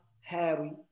Harry